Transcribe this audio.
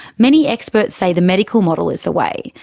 many experts say the medical model is the way,